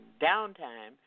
downtime